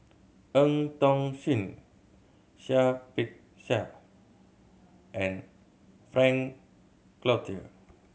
Eu Tong Sen Seah Peck Seah and Frank Cloutier